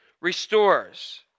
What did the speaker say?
restores